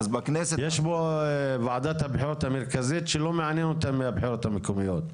יש פה וועדת הבחירות המרכזית שלא מעניין אותם מהבחירות המקומיות.